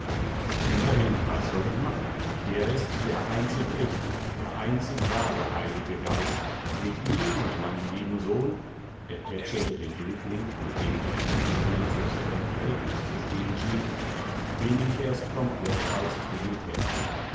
immerhin was soll ich machen es ist der einzig echte der einzig wahre heilige geist mit ihm und meinem lieben sohn er tätschelte den jüngling mit dem er in einem homosexuellen verhältnis zu stehen schien bin ich erst komplett als trinität